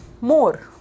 more